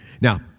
Now